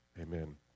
amen